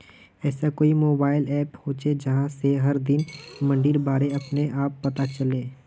ऐसा कोई mobile app होचे जहा से हर दिन मंडीर बारे अपने आप पता चले?